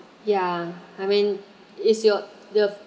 yeah I mean it's your your